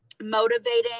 motivating